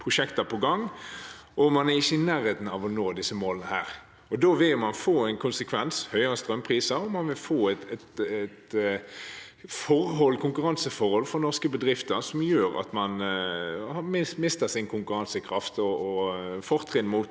og man er ikke i nærheten av å nå disse målene. Da vil man få en konsekvens som er høyere konkurransepriser, og man vil få et konkurranseforhold for norske bedrifter som gjør at de mister konkurransekraft og fortrinnet